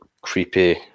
creepy